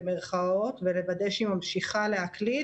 במירכאות ולוודא שהיא ממשיכה להקליט,